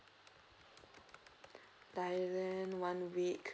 thailand one week